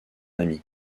amie